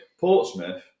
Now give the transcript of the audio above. portsmouth